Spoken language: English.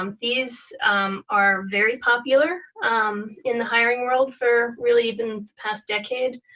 um these are very popular in the hiring world for really even the past decade.